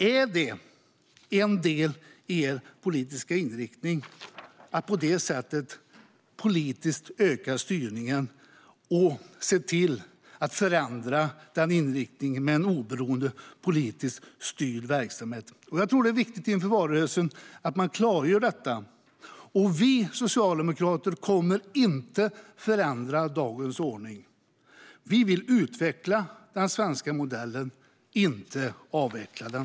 Är det en del i er politiska inriktning att på det här sättet öka den politiska styrningen och förändra den nuvarande inriktningen med en oberoende verksamhet? Jag tror att det är viktigt inför valrörelsen att man klargör detta. Vi socialdemokrater kommer inte att förändra dagens ordning. Vi vill utveckla den svenska modellen, inte avveckla den.